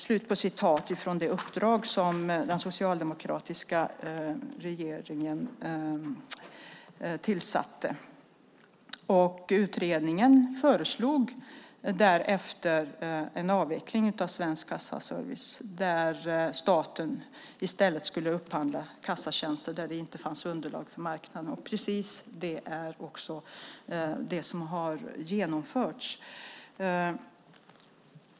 Detta var hämtat från uppdraget till den utredning som den socialdemokratiska regeringen tillsatte. Utredningen föreslog därefter en avveckling av Svensk Kassaservice. I stället skulle staten upphandla kassatjänster där det inte fanns underlag för marknaden. Det är precis det som har genomförts.